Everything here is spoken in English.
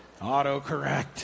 Autocorrect